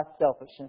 selfishness